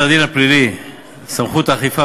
סדר הדין הפלילי (סמכויות אכיפה,